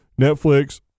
Netflix